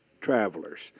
Travelers